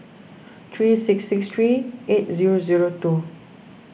three six six three eight zero zero two